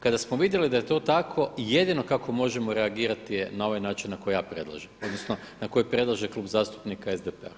Kada smo vidjeli da je to tako jedino kako možemo reagirati je na ovaj način na koji ja predlažem odnosno na koji predlaže Klub zastupnika SDP-a.